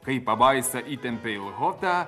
kai pabaisą įtempė į ochotą